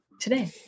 today